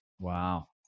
Wow